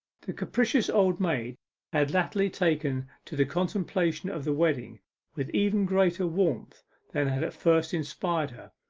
the capricious old maid had latterly taken to the contemplation of the wedding with even greater warmth than had at first inspired her,